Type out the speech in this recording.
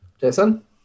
Jason